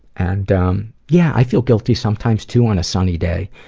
and um, yeah, i feel guilty sometimes too on a sunny day,